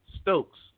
Stokes